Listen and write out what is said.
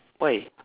why